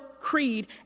creed